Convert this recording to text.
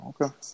okay